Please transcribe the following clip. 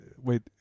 Wait